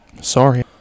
sorry